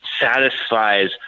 satisfies